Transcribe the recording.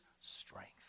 strength